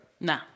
Nah